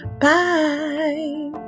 Bye